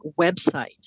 website